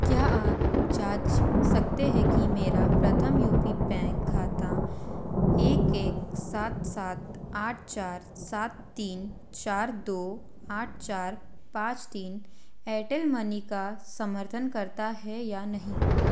क्या आप जाँच सकते हैं कि मेरा प्रथम यू पी बैंक खाता एक एक सात सात आठ चार सात तीन चार दो आठ चार पाँच तीन एयरटेल मनी का समर्थन करता है या नहीं